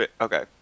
okay